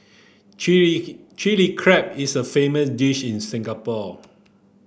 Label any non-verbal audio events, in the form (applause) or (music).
chilli (unintelligible) Chilli Crab is a famous dish in Singapore